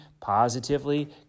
positively